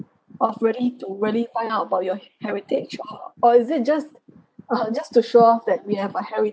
of really to really find out about your heritage or is it just a just to show off that we have a heritage